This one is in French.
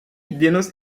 dénonce